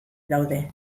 daude